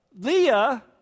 Leah